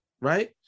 Right